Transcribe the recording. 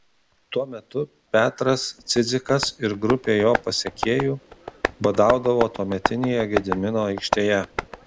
tuo metu petras cidzikas ir grupė jo pasekėjų badaudavo tuometinėje gedimino aikštėje